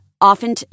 Often